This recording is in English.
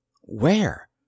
Where